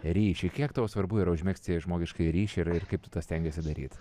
ryšį kiek tau svarbu yra užmegzti žmogiškąjį ryšį ir ir kaip tu tą stengiesi daryt